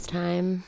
time